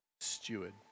steward